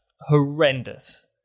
horrendous